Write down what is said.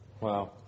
Wow